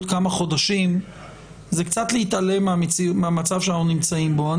כמה חודשים זה קצת להתעלם מהמצב שאנחנו נמצאים פה.